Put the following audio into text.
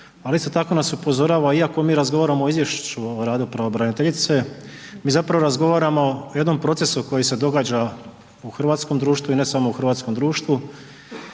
isto tako nas upozorava iako mi razgovaramo o izvješću o radu pravobraniteljice mi zapravo razgovaramo o jednom procesu koji se događa u hrvatskom društvu i ne samo u hrvatskom društvu,